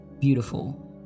Beautiful